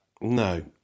No